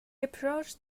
approached